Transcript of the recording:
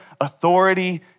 authority